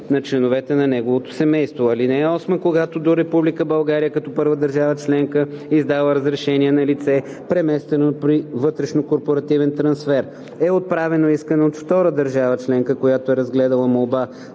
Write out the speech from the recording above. на членовете на неговото семейство. (8) Когато до Република България като първа държава членка, издала разрешение на лице, преместено при вътрешнокорпоративен трансфер, е отправено искане от втора държава членка, която е разгледала молба